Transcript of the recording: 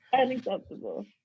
unacceptable